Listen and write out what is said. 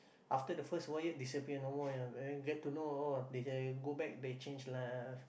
after the first voyage disappear no more ah get to know oh they can go back they change life